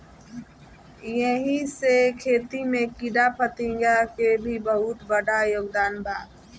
एही से खेती में कीड़ाफतिंगा के भी बहुत बड़ योगदान बा